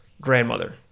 grandmother